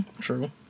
true